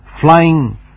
flying